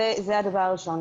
זה הדבר הראשון.